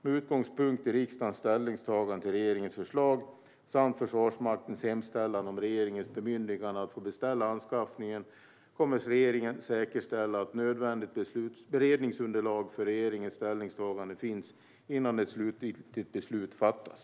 Med utgångspunkt i riksdagens ställningstagande till regeringens förslag samt Försvarsmaktens hemställan om regeringens bemyndigande att få beställa anskaffningen kommer regeringen att säkerställa att nödvändigt beredningsunderlag för regeringens ställningstagande finns innan ett slutgiltigt beslut fattas.